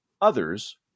others